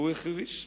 הוא החריש,